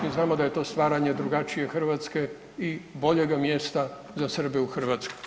Mi znamo da je to stvaranje drugačije Hrvatske i boljega mjesta za Srbe u Hrvatskoj.